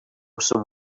some